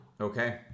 Okay